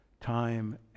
time